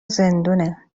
زندونه